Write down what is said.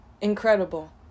incredible